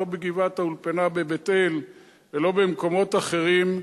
לא בגבעת-האולפנה בבית-אל ולא במקומות אחרים,